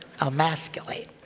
Emasculate